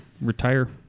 retire